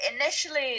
initially